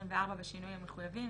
בשינויים המחויבים,